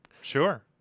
sure